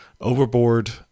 Overboard